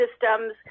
systems